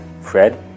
Fred